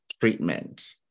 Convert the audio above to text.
treatment